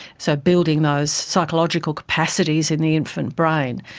so building those psychological capacities in the infant brain.